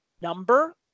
number